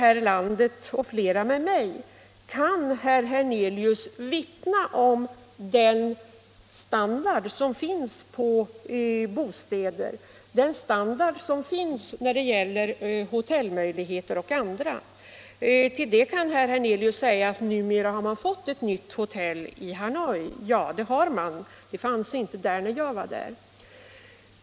Dock kan jag och flera med mig som har varit i Veitnam vittna om den låga standard man där har på bostäder, hotell och annat, herr Hernelius. Till detta kan herr Hernelius då säga att nu har man fått ett nytt hotell i Hanoi, och det har man. Men det fanns inte när jag var där.